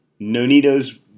Nonito's